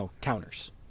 counters